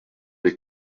des